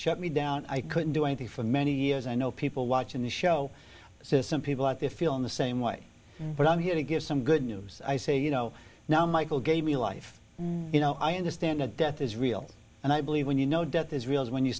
shut me down i couldn't do anything for many years i know people watching this show some people out there feeling the same way but i'm here to give some good news i say you know now michael gave me life you know i understand that death is real and i believe when you know death is real when you